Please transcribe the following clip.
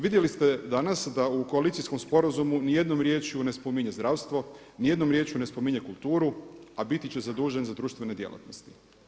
Vidjeli ste danas da u koalicijskom sporazumu nijednom riječju ne spominje zdravstvo, nijednom riječju ne spominje kulturu a biti će zadužen za društvene djelatnosti.